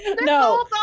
No